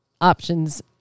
options